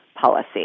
Policy